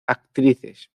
actrices